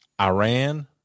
Iran